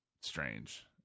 strange